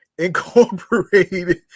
incorporated